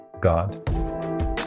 God